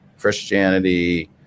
Christianity